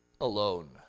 Alone